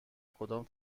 کدام